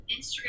Instagram